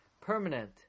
permanent